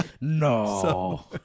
No